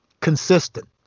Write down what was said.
Consistent